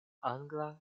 angla